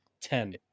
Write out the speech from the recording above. ten